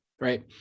right